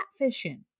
catfishing